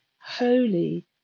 holy